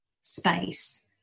space